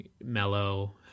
mellow